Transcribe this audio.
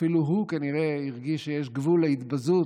אפילו הוא כנראה הרגיש שיש גבול להתבזות,